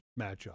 matchup